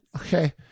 Okay